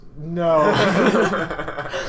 No